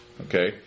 Okay